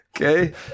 okay